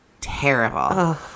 terrible